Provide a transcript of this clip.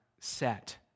set